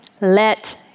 Let